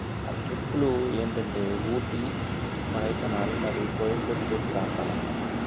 ఆ ట్రిప్పులు ఏంటంటే ఊటీ కొడైకనాల్ మరియు కోయంబత్తూర్ ప్రాంతాలు అన్నమాట